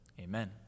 amen